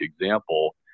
example